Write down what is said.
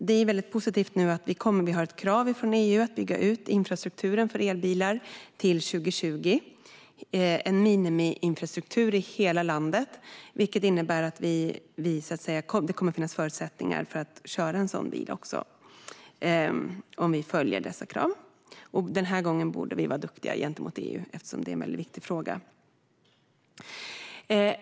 Det är positivt att vi har ett krav från EU på att bygga ut infrastrukturen för elbilar till 2020, en minimiinfrastruktur i hela landet, vilket innebär att det kommer att finnas förutsättningar att köra sådana bilar om vi följer detta krav. Den här gången borde vi vara duktiga gentemot EU, eftersom det här är en väldigt viktig fråga.